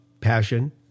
passion